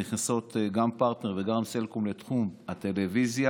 נכנסות גם פרטנר וגם סלקום לתחום הטלוויזיה.